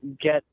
get